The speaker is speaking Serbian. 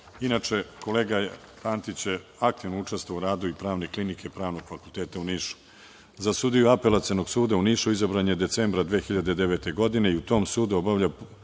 komore. Inače, kolega Pantić je aktivno učestvovao u radu i Pravne klinike Pravnog fakulteta u Nišu. Za sudiju Apelacionog suda u Nišu izabran je decembra 2009. godine i u tom sudu obavlja